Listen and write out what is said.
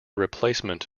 replacement